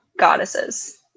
goddesses